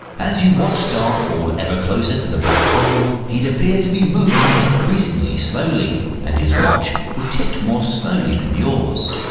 as you watched darth fall ever closer to the black hole he'd appear to be moving increasingly slowly and his watch would tick more slowly than yours.